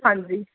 ਹਾਂਜੀ